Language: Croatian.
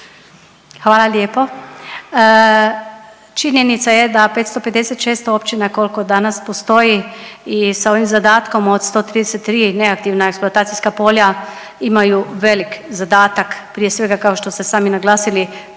Hvala lijepa. Činjenica je da 556 općina kolko danas postoji i sa ovim zadatkom od 133 neaktivna eksploatacijska polja imaju velik zadatak, prije svega kao što ste sami naglasili